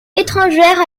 étrangère